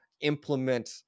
implement